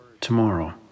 tomorrow